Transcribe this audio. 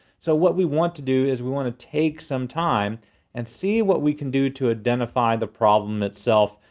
so what we want to do is, we wanna take some time and see what we can do to identify the problem itself.